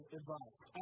advice